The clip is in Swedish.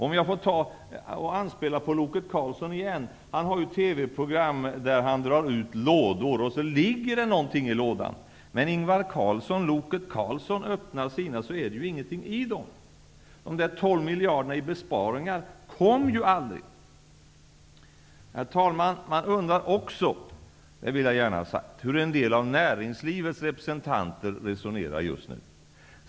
Om jag får anspela på ''Loket'' Olsson igen. Han har ett TV-program där han drar ut lådor och det ligger någonting i lådan. Men när Ingvar ''Loket'' Carlsson öppnar sina är det ingenting i dem. De 12 miljarderna i besparingar kom ju aldrig. Herr talman! Man undrar också, det vill jag gärna ha sagt, hur en del av näringslivets representanter resonerar just nu.